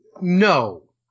no